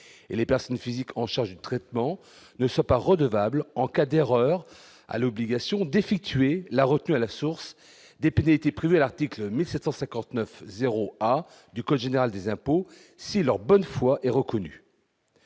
et les personnes physiques, en charge du traitement ne soit pas redevables en cas d'erreur à l'obligation d'effectuer la retenue à la source des pénalités prévues à l'article 1759 0 A du code général des impôts, si leur bonne foi et reconnu.